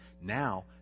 now